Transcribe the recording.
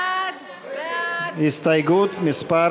הסתייגות מס'